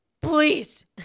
please